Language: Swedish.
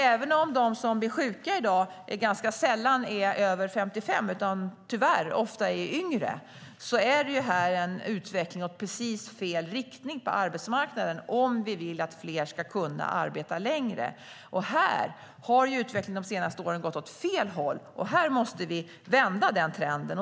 Även om de som blir sjuka i dag ganska sällan är över 55 utan, tyvärr, ofta är yngre är det en utveckling i precis fel riktning på arbetsmarknaden, om vi vill att fler ska kunna arbeta längre. Här har utvecklingen de senaste åren gått åt fel håll, och vi måste vända den trenden.